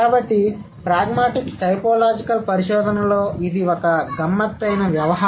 కాబట్టి pragmatics typological పరిశోధనలో ఇది ఒక గమ్మత్తైన వ్యవహారం